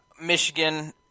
Michigan